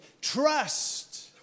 Trust